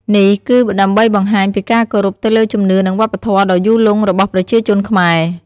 នេះគឺដើម្បីបង្ហាញពីការគោរពទៅលើជំនឿនិងវប្បធម៌ដ៏យូរលង់របស់ប្រជាជនខ្មែរ។